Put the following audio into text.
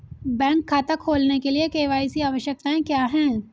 Bank खाता खोलने के लिए के.वाई.सी आवश्यकताएं क्या हैं?